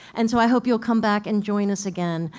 and so i hope you'll come back and join us again.